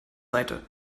seite